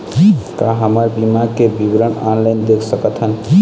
का हमर बीमा के विवरण ऑनलाइन देख सकथन?